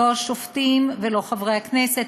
שלא השופטים ולא חברי הכנסת,